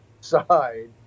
side